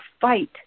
fight